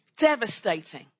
devastating